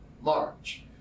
March